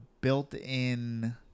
built-in